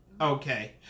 okay